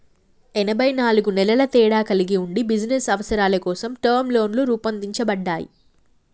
ఎనబై నాలుగు నెలల తేడా కలిగి ఉండి బిజినస్ అవసరాల కోసం టర్మ్ లోన్లు రూపొందించబడ్డాయి